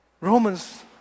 Romans